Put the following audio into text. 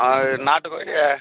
நாட்டுக்கோழி